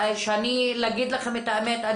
אבל אגיד לכם את האמת,